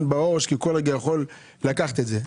בעו"ש כי כל רגע הוא יכול לקחת את זה.